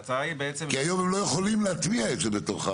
ההצעה היא בעצם --- כי היום הם לא יכולים להטמיע את זה בתוך.